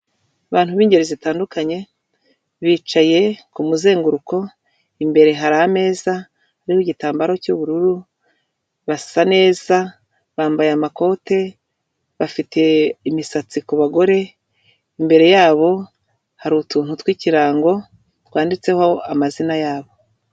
Abantu b'ingeri zitandukanye, bicaye kumuzenguruko, imbere hari ameza igitambaro cy'ubururu, basa neza bambaye amakote bafite imisatsi kubagore, imbere yabo hari utuntu tw'ikirango twanditseho amazina yabo.